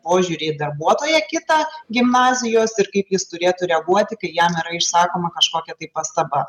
požiūrį į darbuotoją kitą gimnazijos ir kaip jis turėtų reaguoti kai jam yra išsakoma kažkokia tai pastaba